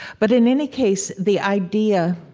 but in any case, the idea